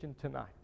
tonight